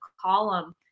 column